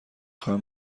خواهم